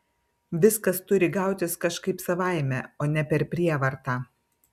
viskas turi gautis kažkaip savaime o ne per prievartą